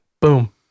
Boom